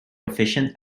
efficient